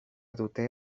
dute